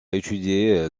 étudié